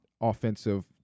offensive